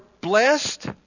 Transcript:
blessed